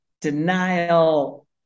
denial